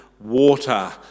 water